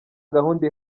gahunda